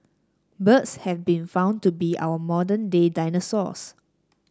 birds have been found to be our modern day dinosaurs